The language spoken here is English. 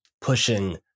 pushing